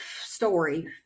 story